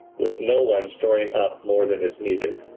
with no one storing up more than is needed